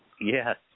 yes